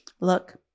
look